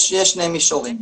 יש שני מישורים.